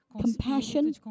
compassion